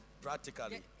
Practically